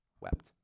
wept